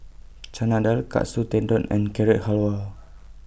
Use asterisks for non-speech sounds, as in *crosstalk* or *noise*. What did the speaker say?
*noise* Chana Dal Katsu Tendon and Carrot Halwa